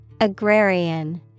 Agrarian